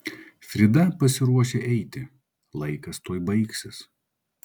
frida pasiruošė eiti laikas tuoj baigsis